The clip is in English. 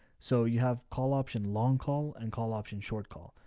so you have call option long call and call option short call.